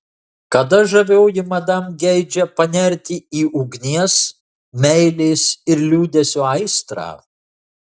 kada žavioji madam geidžia panerti į ugnies meilės ir liūdesio aistrą